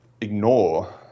ignore